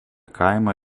kaimą